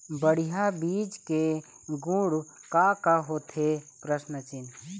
बढ़िया बीज के गुण का का होथे?